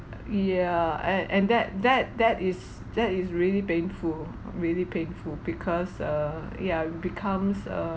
yeah and and that that that is that is really painful really painful because err yeah you becomes a